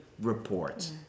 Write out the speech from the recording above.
report